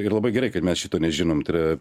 ir labai gerai kad mes šito nežinom tai yra